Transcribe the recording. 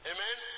Amen